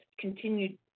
continued